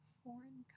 foreign